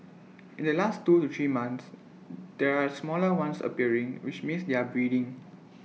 in the last two to three months there are smaller ones appearing which means they are breeding